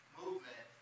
movement